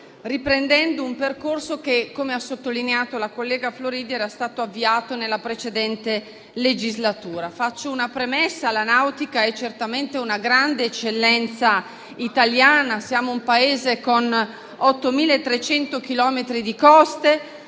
riprendendo un percorso che, come ha sottolineato la collega Aurora Floridia, era stato avviato nella precedente legislatura. Faccio una premessa. La nautica è certamente una grande eccellenza italiana. Siamo un Paese con 8.300 chilometri di coste;